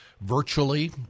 virtually